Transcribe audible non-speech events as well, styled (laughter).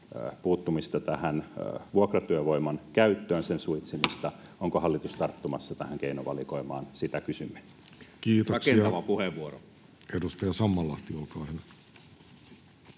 puuttumista tähän vuokratyövoiman käyttöön, sen suitsimista. (noise) Onko hallitus tarttumassa tähän keinovalikoimaan, sitä kysymme. [Saku Nikkanen: Rakentava puheenvuoro!] Kiitoksia. — Edustaja Sammallahti, olkaa hyvä.